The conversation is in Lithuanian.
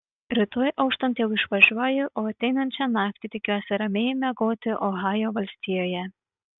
rytoj auštant jau išvažiuoju o ateinančią naktį tikiuosi ramiai miegoti ohajo valstijoje